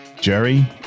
jerry